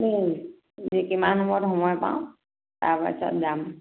এতিয়া কিমান সময়ত সময় পাওঁ তাৰপাছত যাম